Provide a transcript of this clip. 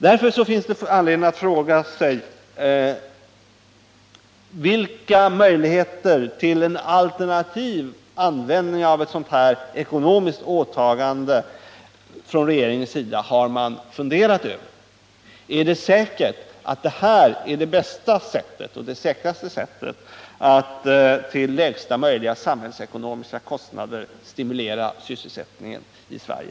Därför finns det anledning att fråga sig vilka möjligheter till en alternativ användning av ett sådant här ekonomiskt åtagande regeringen har funderat över. Är det helt klart att det här är det bästa och säkraste sättet att till lägsta möjliga samhällsekonomiska kostnader stimulera sysselsättningen i Sverige?